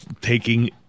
taking